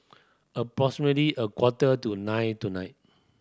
a quarter to nine tonight